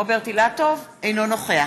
אינו נוכח